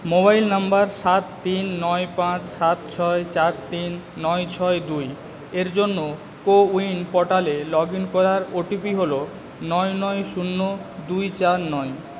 mobile number সাত তিন নয় পাঁচ সাত ছয় চার তিন নয় ছয় দুই এর জন্য কোউইন পোর্টালে লগ ইন করার ও টি পি হলো নয় নয় শূন্য দুই চার নয়